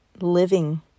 living